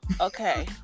okay